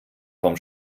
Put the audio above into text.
vom